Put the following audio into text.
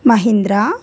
Mahindra